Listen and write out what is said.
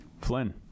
Flynn